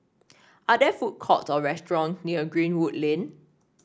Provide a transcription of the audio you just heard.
are there food courts or restaurants near Greenwood Lane